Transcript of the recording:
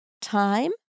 Time